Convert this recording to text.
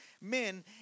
men